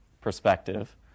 perspective